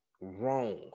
wrong